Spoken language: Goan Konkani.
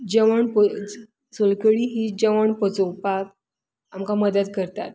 जेवण पोयच सोलकडी ही जेवण पचोवपाक आमकां मदत करता